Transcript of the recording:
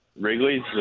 Wrigley's